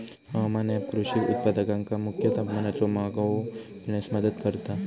हवामान ऍप कृषी उत्पादकांका मुख्य तापमानाचो मागोवो घेण्यास मदत करता